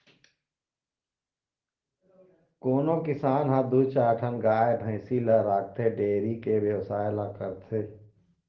कोनो किसान ह दू चार ठन गाय भइसी ल राखके डेयरी के बेवसाय ल करथे